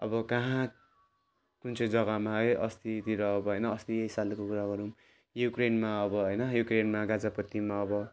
अब कहाँ कुन चाहिँ जग्गामा है अस्तितिर अब होइन अस्ति यही सालको कुरा गरौँ युक्रेनमा अब होइन युक्रेनमा गाजापट्टीमा अब